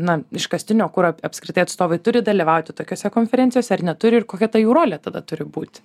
na iškastinio kuro apskritai atstovai turi dalyvauti tokiose konferencijose ar neturi ir kokia ta jų rolė tada turi būti